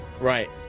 Right